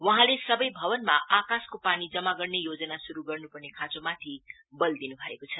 वहाँले सबै भवनमा आकासको पानी जमा गर्ने योजना शुरू गर्नुपर्ने खाँचोमाथि बल दिनु भएको छ